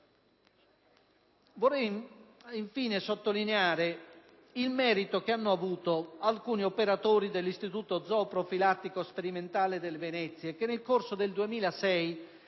Vorrei infine sottolineare il merito che hanno avuto alcuni operatori dell'Istituto zooprofilattico sperimentale delle Venezie, che, nel corso del 2006,